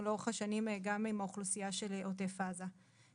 לאורך השנים עם אוכלוסייה של עוטף עזה.